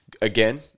again